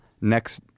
Next